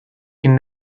can